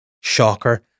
Shocker